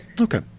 Okay